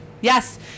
yes